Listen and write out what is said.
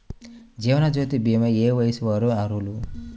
జీవనజ్యోతి భీమా ఏ వయస్సు వారు అర్హులు?